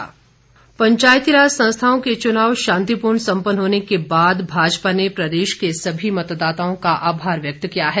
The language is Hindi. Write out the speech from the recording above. भाजपा पंचायतीराज संस्थाओं के चुनाव शांतिपूर्ण संपन्न होने के बाद भाजपा ने प्रदेश के सभी मतदाताओं का आभार व्यक्त किया है